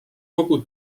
kogu